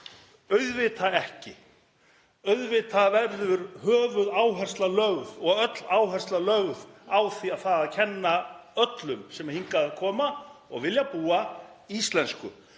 Auðvitað ekki. Auðvitað verður höfuðáhersla og öll áhersla lögð á það að kenna öllum sem hingað koma og vilja búa íslensku